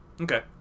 Okay